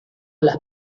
las